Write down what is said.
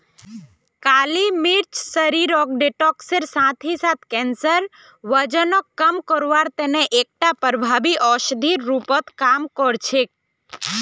काली मिर्च शरीरक डिटॉक्सेर साथ ही साथ कैंसर, वजनक कम करवार तने एकटा प्रभावी औषधिर रूपत काम कर छेक